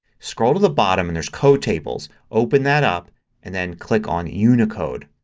scroll to the bottom and there's code tables. open that up and then click on unicode.